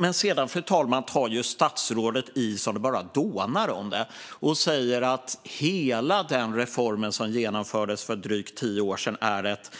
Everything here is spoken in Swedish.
Men sedan, fru talman, tar statsrådet i så att det bara dånar om det och säger att hela den reform som genomfördes för drygt tio år sedan är ett